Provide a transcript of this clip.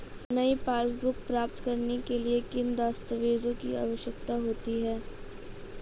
नई पासबुक प्राप्त करने के लिए किन दस्तावेज़ों की आवश्यकता होती है?